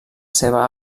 seva